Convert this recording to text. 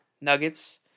Nuggets